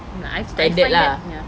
standard lah